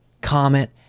comment